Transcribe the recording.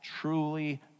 truly